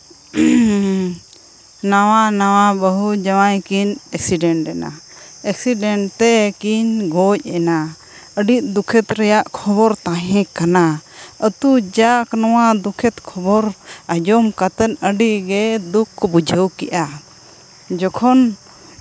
ᱱᱟᱣᱟ ᱱᱟᱣᱟ ᱵᱟᱹᱦᱩ ᱡᱟᱶᱟᱭ ᱠᱤᱱ ᱮᱠᱥᱤᱰᱮᱱᱴ ᱮᱱᱟ ᱮᱠᱥᱤᱰᱮᱱᱴ ᱛᱮᱠᱤᱱ ᱜᱚᱡ ᱮᱱᱟ ᱟᱹᱰᱤ ᱫᱩᱠᱷᱮᱛ ᱨᱮᱭᱟᱜ ᱠᱷᱚᱵᱚᱨ ᱛᱟᱦᱮᱸ ᱠᱟᱱᱟ ᱟᱛᱳ ᱡᱟᱠ ᱱᱚᱣᱟ ᱫᱩᱠᱠᱷᱮᱛ ᱠᱷᱚᱵᱚᱨ ᱟᱸᱡᱚᱢ ᱠᱟᱛᱮ ᱟᱹᱰᱤᱜᱮ ᱫᱩᱠ ᱵᱩᱡᱷᱟᱹᱣ ᱠᱮᱜᱼᱟ ᱡᱚᱠᱷᱚᱱ